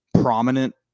prominent